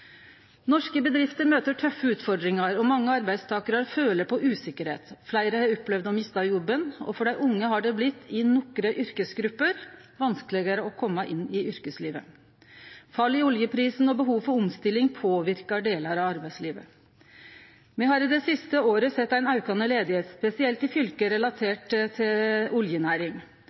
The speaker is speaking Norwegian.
Norske bedrifter møter tøffe utfordringar, og mange arbeidstakarar føler på usikkerheit. Fleire har opplevd å miste jobben, og for dei unge har det for nokre yrkesgrupper blitt vanskelegare å kome inn i yrkeslivet. Fall i oljeprisen og behov for omstilling påverkar delar av arbeidslivet. Me har det siste året sett ei aukande arbeidsløyse, spesielt i fylke relaterte til